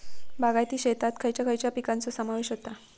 बागायती शेतात खयच्या खयच्या पिकांचो समावेश होता?